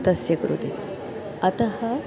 तस्य कृते अतः